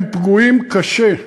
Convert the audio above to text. הם פגועים קשה,